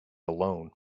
alone